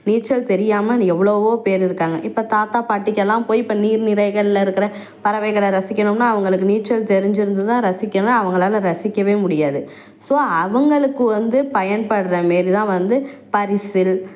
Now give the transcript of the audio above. நீச்சல் தெரியாமல் எவ்வளவோ பேர் இருக்காங்கள் இப்போ தாத்தா பாட்டிக்கு எல்லாம் போய் இப்போ நீர் நிலைகள்ல இருக்கிற பறவைகளை ரசிக்கணும்னால் அவங்களுக்கு நீச்சல் தெரிஞ்சிருந்துதான் ரசிக்கணும் அவங்களால ரசிக்கவே முடியாது ஸோ அவங்களுக்கு வந்து பயன்பட்றமாரி தான் வந்து பரிசில்